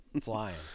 flying